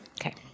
okay